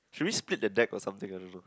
should we split the deck or something I don't know